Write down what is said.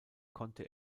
konnte